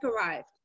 arrived